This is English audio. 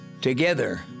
Together